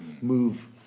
move